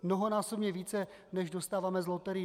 Mnohonásobně více než dostáváme z loterií.